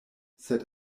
sed